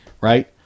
right